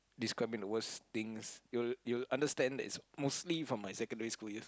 it contains the worst things you'll you'll understand it's mostly from my secondary school years